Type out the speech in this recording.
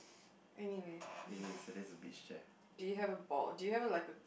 anyway do you have a bald do you have like a